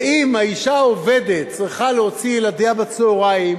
ואם האשה העובדת צריכה להוציא את ילדיה בצהריים